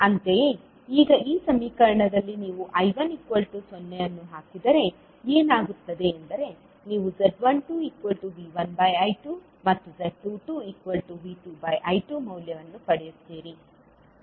ಅಂತೆಯೇ ಈಗ ಈ ಸಮೀಕರಣದಲ್ಲಿ ನೀವು I10 ಅನ್ನು ಹಾಕಿದರೆ ಏನಾಗುತ್ತದೆ ಎಂದರೆ ನೀವು z12V1I2 ಮತ್ತು z22V2I2 ಮೌಲ್ಯವನ್ನು ಪಡೆಯುತ್ತೀರಿ